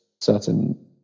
certain